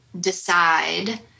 decide